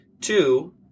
two